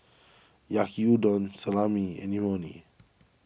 Yaki Udon Salami and Imoni